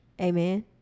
Amen